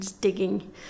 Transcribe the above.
digging